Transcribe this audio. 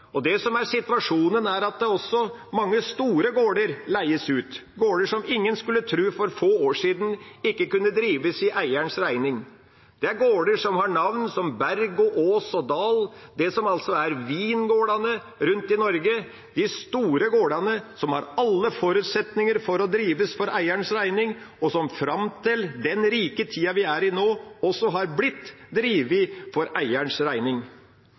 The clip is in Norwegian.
og det som er situasjonen, er at også mange store gårder leies ut, gårder som ingen for få år siden skulle tro ikke kunne drives for eierens regning. Det er gårder som har navn som Berg, Ås og Dal, det som er vingårdene rundt i Norge, de store gårdene som har alle forutsetninger for å drives for eierens regning, og som fram til den rike tida vi er i nå, også har blitt drevet for eierens regning.